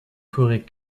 forêt